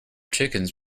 chickens